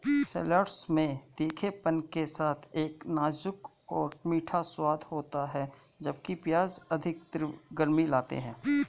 shallots में तीखेपन के साथ एक नाजुक और मीठा स्वाद होता है, जबकि प्याज अधिक तीव्र गर्मी लाते हैं